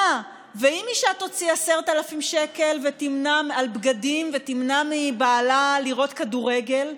ואם אישה תוציא 10,000 שקל על בגדים ותמנע מבעלה לראות כדורגל?